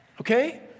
Okay